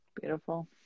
beautiful